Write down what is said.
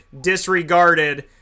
disregarded